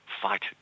fight